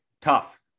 Tough